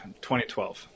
2012